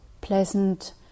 pleasant